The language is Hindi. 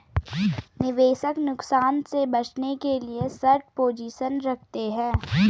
निवेशक नुकसान से बचने के लिए शार्ट पोजीशन रखते है